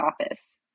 office